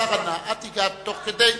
השר ענה, את הגעת תוך כדי,